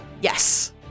yes